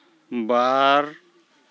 ᱵᱟᱨ